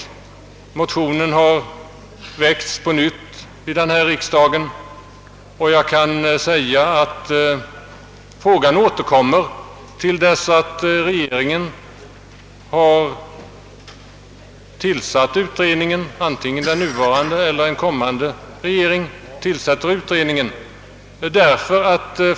En ny motion har väckts vid denna riksdag, och en sådan kommer att återkomma till dess att antingen den nuvarande eller en kommande regering tillsatt den begärda utredningen.